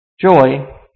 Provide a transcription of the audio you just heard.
Joy